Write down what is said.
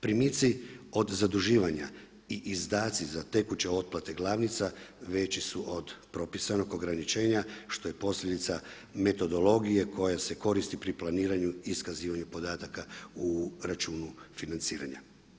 Primitci od zaduživanja i izdatci za tekuće otplate glavnica veći su od propisanog ograničenja što je posljedica metodologije koja se koristi pri planiranju i iskazivanju podataka u računu financiranja.